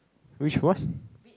which was